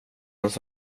hans